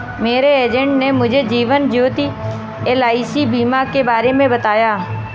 मेरे एजेंट ने मुझे जीवन ज्योति एल.आई.सी बीमा के बारे में बताया